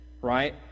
right